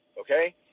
Okay